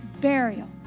burial